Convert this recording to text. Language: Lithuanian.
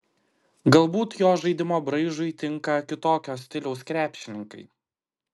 galbūt jo žaidimo braižui tinka kitokio stiliaus krepšininkai